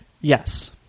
Yes